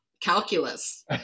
calculus